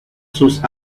sus